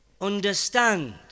understand